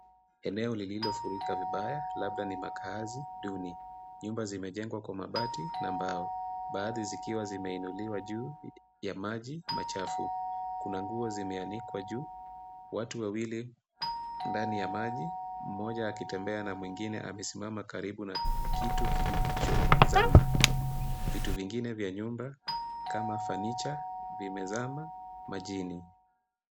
Eneo lililofurika vibaya labda ni makaazi duni. Nyumba zimejengwa kwa mabati na mbao. Baadhi zikiwa zimeinuliwa juu ya maji machafu. Kuna nguo zimeanikwa juu. Watu wawili ndani ya maji, mmoja akitembea na mwingine amesimama karibu na kitu kilichozama. Vitu vingine vya nyumba kama fanicha, vimezama, majini.